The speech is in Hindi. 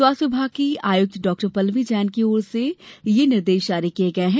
स्वास्थ्य विभाग की आयुक्त डॉ पल्लवी जैन की ओर से ये निर्देश जारी किये गये हैं